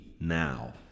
now